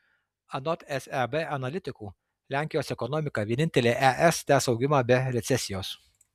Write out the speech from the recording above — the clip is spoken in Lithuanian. anot seb analitikų lenkijos ekonomika vienintelė es tęs augimą be recesijos